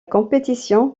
compétition